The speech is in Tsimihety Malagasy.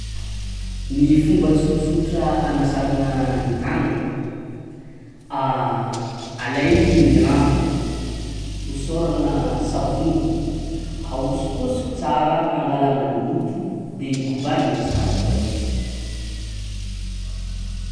Ny fomba tsotsotra hanasana ny tanana, alainy ny rano, hosorana savony, ahosokôsoko tsara hangalana ny loto de kobanina tsara, koa izy.